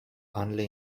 only